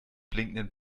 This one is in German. blinkenden